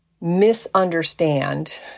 misunderstand